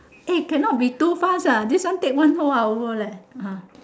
eh cannot be too fast ah this one take one whole hour leh ah